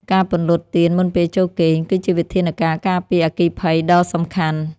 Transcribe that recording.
ការពន្លត់ទៀនមុនពេលចូលគេង គឺជាវិធានការការពារអគ្គិភ័យដ៏សំខាន់។